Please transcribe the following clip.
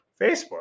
Facebook